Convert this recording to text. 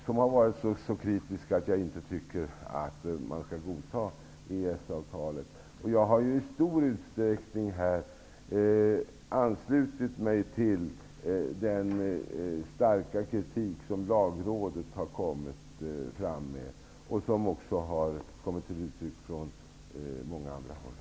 De har varit så kritiska att jag inte tycker att man skall godta EES-avtalet. Jag har i stor utsträckning anslutit mig till den starka kritik som lagrådet har fört fram och som också har kommit till uttryck från många handra håll.